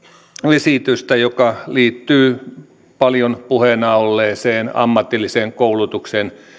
esitystä joka liittyy paljon puheena olleeseen ammatillisen koulutuksen